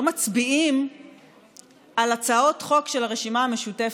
מצביעות על הצעות חוק של הרשימה המשותפת,